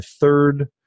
third